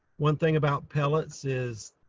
one thing about pellets is,